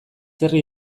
herri